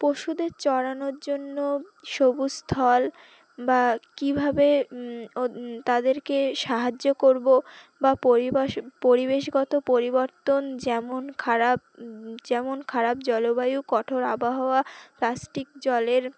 পশুদের চড়ানোর জন্য সবুজস্থল বা কীভাবে তাদেরকে সাহায্য করবো বা পরিবশ পরিবেশগত পরিবর্তন যেমন খারাপ যেমন খারাপ জলবায়ু কঠোর আবহাওয়া প্লাস্টিক জলের